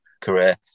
career